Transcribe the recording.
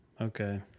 Okay